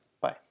Bye